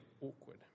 awkward